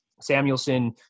Samuelson